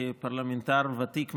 כפרלמנטר ותיק מאוד,